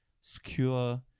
secure